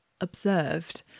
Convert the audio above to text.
observed